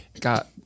got